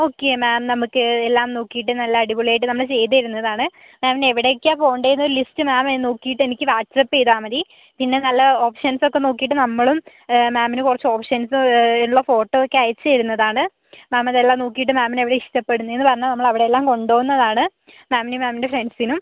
okay ma'am നമുക്ക് എല്ലാം നോക്കീട്ട് നല്ല അടിപൊളിയായിട്ട് നമ്മള് ചെയ്ത് തരുന്നതാണ് മാമിന് എവിടേക്കാണ് പോകണ്ടേന്ന് ലിസ്റ്റ് മാമ് നോക്കീട്ട് എനിക്ക് വാട്സപ്പ് ചെയ്താൽ മതി പിന്നെ നല്ല ഓപ്ഷൻസൊക്കെ നോക്കിയിട്ട് നമ്മളും മാമിന് കുറച്ച് ഓപ്ഷൻസ് ഉള്ള ഫോട്ടോയൊക്കെ അയച്ച് തരുന്നതാണ് മാമ് അതെല്ലാം നോക്കിയിട്ട് മാമിന് എവിടെയാ ഇഷ്ടപ്പെടുന്നതെന്ന് പറഞ്ഞാൽ നമ്മളവിടെയെല്ലാം കൊണ്ട് പോകുന്നതാണ് മാമിനും മാമിൻ്റെ ഫ്രണ്ട്സിനും